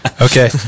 Okay